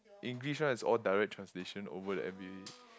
English one is all direct translation over the M_V